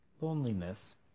loneliness